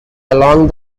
along